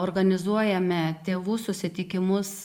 organizuojame tėvų susitikimus